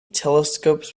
telescopes